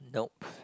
nope